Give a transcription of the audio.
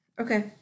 Okay